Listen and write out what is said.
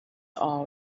all